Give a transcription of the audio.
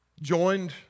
joined